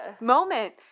moment